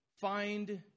find